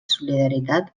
solidaritat